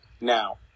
Now